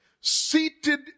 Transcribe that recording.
seated